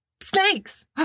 snakes